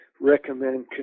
recommend